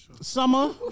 Summer